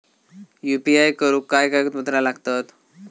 UPI करुक काय कागदपत्रा लागतत?